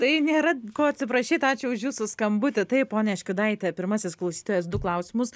tai nėra d ko atsiprašyt ačiū už jūsų skambutį taip ponia škiudaite pirmasis klausytojas du klausimus